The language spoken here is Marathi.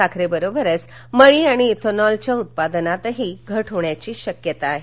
साखरेबरोबरच मळी आणि इथेनॉलच्या उत्पादनातही घट होण्याची शक्यता आहे